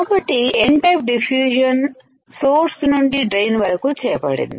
కాబట్టిN type diffusion source నుండి drain వరకు చేయబడింది